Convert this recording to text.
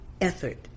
effort